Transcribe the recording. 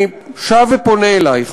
אני שב ופונה אלייך,